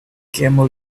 camel